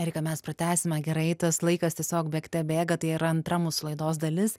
erika mes pratęsime gerai tas laikas tiesiog bėgte bėga tai yra antra mūsų laidos dalis